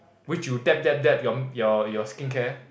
which you dab dab dab your your your skincare